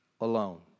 alone